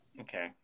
Okay